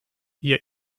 ihr